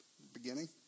beginning